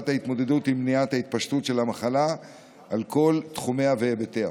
ההתמודדות עם מניעת ההתפשטות של המחלה על כל תחומיה והיבטיה.